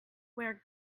where